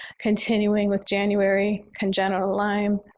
continuing with january congenital lyme.